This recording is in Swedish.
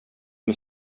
med